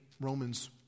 Romans